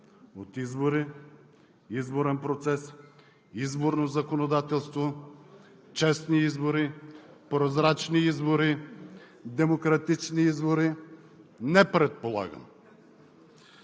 от избори, изборен процес, изборно законодателство, честни избори, прозрачни избори, демократични избори – не предполагам!